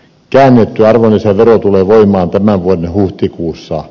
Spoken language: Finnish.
käännetty arvonlisävero tulee voimaan tämän vuoden huhtikuussa